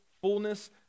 fullness